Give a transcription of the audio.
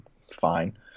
fine